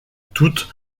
toute